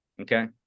Okay